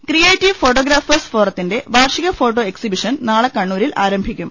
creative photographers ഫോറത്തിന്റെ വാർഷിക photo exhibition നാളെ കണ്ണൂരിൽ ആരംഭിക്കും